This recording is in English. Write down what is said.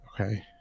okay